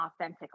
authentic